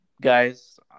guys